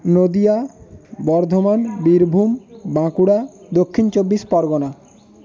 Nadia Bardhaman Birbhum Bankura Dakshin Chabbish Pargana